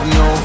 no